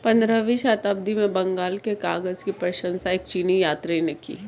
पंद्रहवीं शताब्दी में बंगाल के कागज की प्रशंसा एक चीनी यात्री ने की